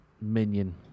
minion